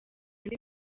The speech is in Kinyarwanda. andi